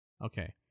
Okay